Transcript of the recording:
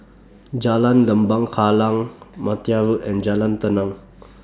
Jalan Lembah Kallang Martia Road and Jalan Tenang